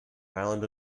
island